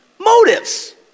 motives